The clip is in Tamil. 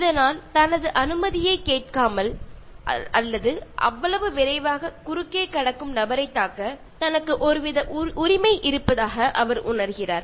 இதனால் தனது அனுமதியை கேட்காமல் அல்லது அவ்வளவு விரைவாக குறுக்கே கடக்கும் நபரைத் தாக்க தனக்கு ஒருவித உரிமை இருப்பதாக அவர் உணர்கிறார்